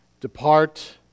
Depart